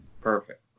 Perfect